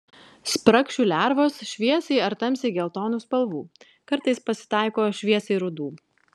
spragšių lervos šviesiai ar tamsiai geltonų spalvų kartais pasitaiko šviesiai rudų